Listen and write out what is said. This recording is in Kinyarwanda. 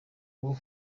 bwo